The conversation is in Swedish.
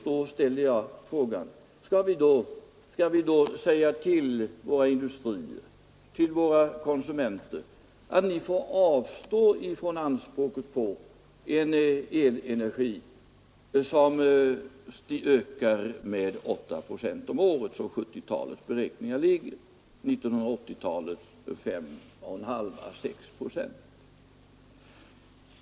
Jag ställer då frågan: Skall vi säga till våra industrier och till våra konsumenter att de får avstå från anspråket på en ökning av elenergikonsumtionen med 8 procent om året, vilket motsvarar beräkningarna för 1970-talet? För 1980-talet anger beräkningarna en ökning med 5,5—6 procent om året.